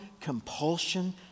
compulsion